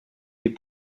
des